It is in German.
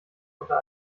unter